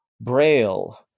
braille